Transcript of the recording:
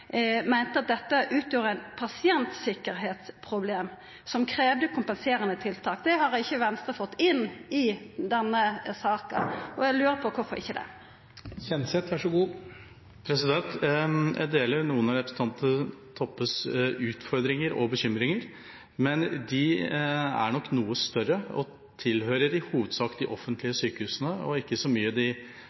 meinte at dette ville utgjera eit pasienttryggleiksproblem som kravde kompenserande tiltak. Det har ikkje Venstre fått inn i denne saka, og eg lurer på: kvifor ikkje? Jeg deler noen av representanten Toppes utfordringer og bekymringer, men de er nok noe større og tilhører i hovedsak de offentlige sykehusene, og ikke så mye de